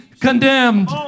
condemned